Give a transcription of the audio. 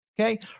Okay